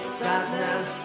sadness